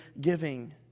giving